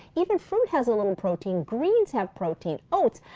even fruit has a little protein. greens have protein, oats.